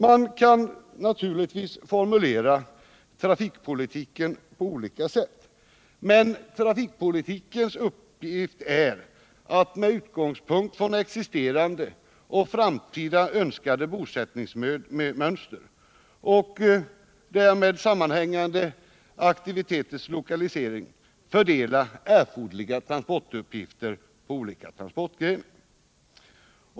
Man kan naturligtvis formulera ett program för trafikpolitiken på olika sätt, men trafikpolitikens uppgift är att med utgångspunkt i existerande och framtida önskade bosättningsmönster och därmed sammanhängande aktiviteters lokalisering fördela erforderliga transportuppgifter på olika transportgrenar.